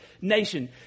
nation